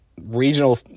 regional